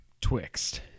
Twixt